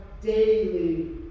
daily